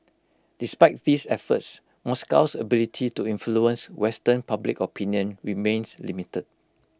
despite these efforts Moscow's ability to influence western public opinion remains limited